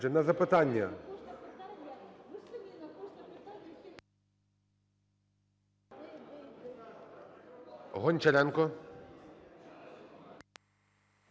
на запитання… Гончаренко.